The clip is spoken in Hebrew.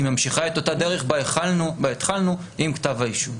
היא ממשיכה את אותה דרך בה התחלנו עם כתב האישום.